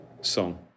song